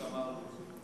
אבי, גמרנו.